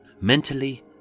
mentally